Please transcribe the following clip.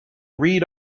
read